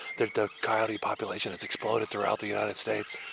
the coyote population has exploded throughout the united states.